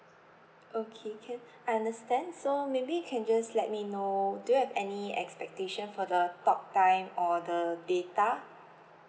okay can I understand so maybe can just let me know do you have any expectation for the talk time or the data